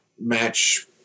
match